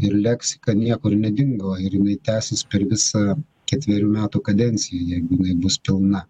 ir leksika niekur nedingo ir jinai tęsis per visą ketverių metų kadenciją jeigu jinai bus pilna